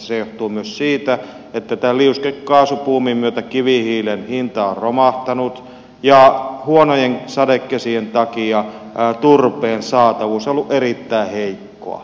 se johtuu myös siitä että liuskekaasubuumin myötä kivihiilen hinta on romahtanut ja huonojen sadekesien takia turpeen saatavuus on ollut erittäin heikkoa